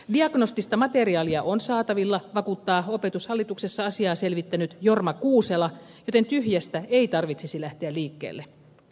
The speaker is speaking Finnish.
diagnostista materiaalia on saatavilla vakuuttaa opetushallituksessa asiaa selvittänyt jorma kuusela joten tyhjästä ei tarvitsisi lähteä liikkeelle